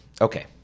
Okay